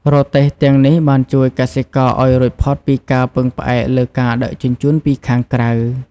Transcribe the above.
រទេះទាំងនេះ បានជួយកសិករឱ្យរួចផុតពីការពឹងផ្អែកលើការដឹកជញ្ជូនពីខាងក្រៅ។